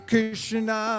Krishna